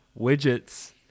widgets